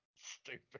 Stupid